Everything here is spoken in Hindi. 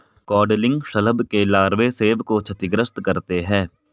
कॉडलिंग शलभ के लार्वे सेब को क्षतिग्रस्त करते है